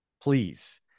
please